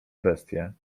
bestie